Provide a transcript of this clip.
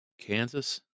Kansas